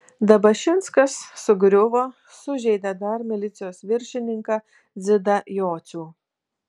dabašinskas sugriuvo sužeidė dar milicijos viršininką dzidą jocių